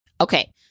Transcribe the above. Okay